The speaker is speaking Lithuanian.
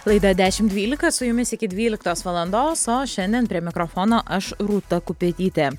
laida dešimt dvylika su jumis iki dvyliktos valandos o šiandien prie mikrofono aš rūta kupetytė